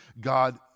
God